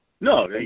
No